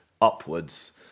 upwards